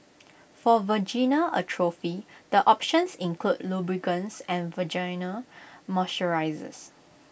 for vaginal atrophy the options include lubricants and vaginal moisturisers